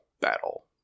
battle